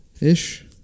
ish